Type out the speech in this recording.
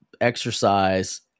exercise